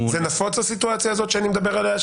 זה נפוץ הסיטואציה הזאת שאני מדבר עליה?